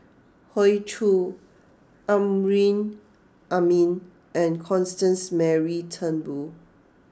Hoey Choo Amrin Amin and Constance Mary Turnbull